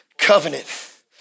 covenant